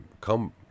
come